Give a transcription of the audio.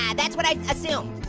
and that's what i assume.